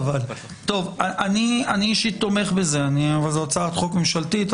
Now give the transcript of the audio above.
אני אישית תומך בזה אבל זאת הצעת חוק ממשלתית.